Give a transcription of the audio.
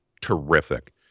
terrific